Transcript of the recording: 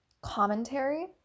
commentary